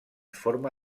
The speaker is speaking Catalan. forma